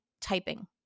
typing